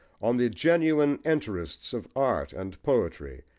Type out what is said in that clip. on the genuine interests of art and poetry,